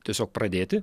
tiesiog pradėti